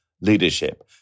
leadership